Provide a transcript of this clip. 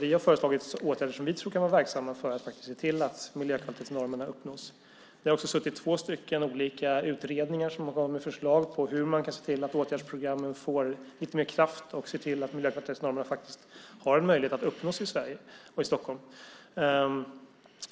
Vi har föreslagit åtgärder som vi tror kan vara verksamma för att faktiskt se till att miljökvalitetsnormerna uppnås. Det har också suttit två utredningar som har kommit med förslag när det gäller hur man kan se till att åtgärdsprogrammen får lite mer kraft och se till att miljökvalitetsnormerna faktiskt har en möjlighet att uppnås i Sverige och i Stockholm.